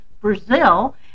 Brazil